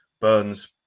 Burns